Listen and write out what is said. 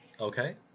Okay